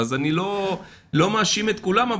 אז אני לא מאשים את כולם,